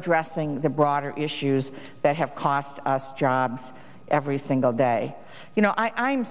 dressing the broader issues that have cost us jobs every single day you know i